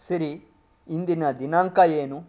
ಸಿರಿ ಇಂದಿನ ದಿನಾಂಕ ಏನು